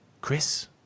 Chris